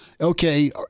okay